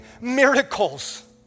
miracles